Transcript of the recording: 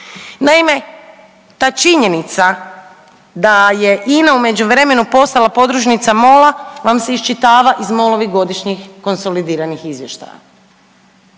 Naime, ta činjenica da je INA u međuvremenu postala podružnica MOL-a vam se iščitava iz MOL-ovih godišnjih konsolidiranih izvještaja